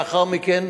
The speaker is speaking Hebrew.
לאחר מכן,